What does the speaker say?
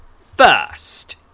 first